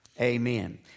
amen